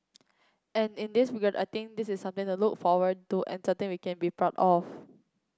and in this regard I think this is something to look forward to and something we can be proud of